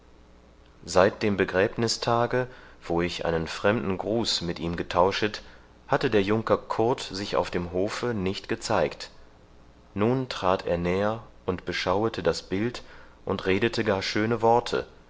seit dem begräbnißtage wo ich einen fremden gruß mit ihm getauschet hatte der junker kurt sich auf dem hofe nicht gezeigt nun trat er näher und beschauete das bild und redete gar schöne worte